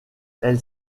elle